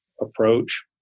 approach